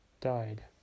died